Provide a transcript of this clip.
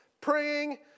praying